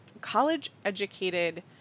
college-educated